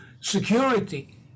security